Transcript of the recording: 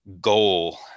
goal